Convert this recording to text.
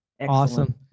Awesome